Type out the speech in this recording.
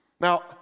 Now